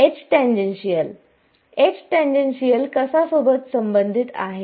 H tangential H tangential कशासोबत संबंधित आहे